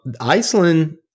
Iceland